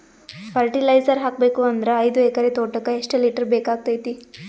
Fertiliser ಹಾಕಬೇಕು ಅಂದ್ರ ಐದು ಎಕರೆ ತೋಟಕ ಎಷ್ಟ ಲೀಟರ್ ಬೇಕಾಗತೈತಿ?